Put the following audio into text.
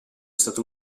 stato